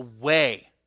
away